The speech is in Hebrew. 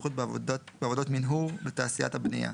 לבטיחות בעבודות מנהור בתעשיית הבנייה,